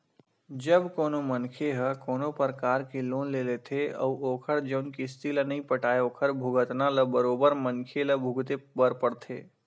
जब कोनो मनखे ह कोनो परकार के लोन ले लेथे अउ ओखर जउन किस्ती ल नइ पटाय ओखर भुगतना ल बरोबर मनखे ल भुगते बर परथे